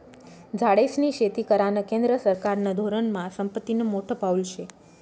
झाडेस्नी शेती करानं केंद्र सरकारना धोरनमा संपत्तीनं मोठं पाऊल शे